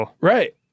Right